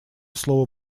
слово